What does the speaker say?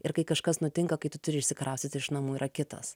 ir kai kažkas nutinka kai tu turi išsikraustyti iš namų yra kitas